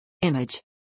Image